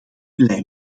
blij